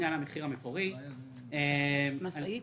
(3)(4)